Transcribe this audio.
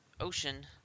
ocean